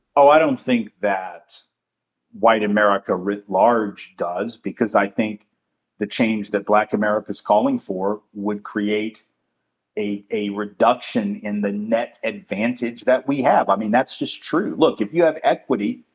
oh, i don't think that white america writ large does, because i think the change that black america's calling for would create a a reduction in the net advantage that we have. i mean, that's just true. look, if you have equity,